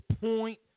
point